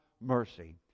mercy